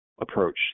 approach